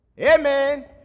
Amen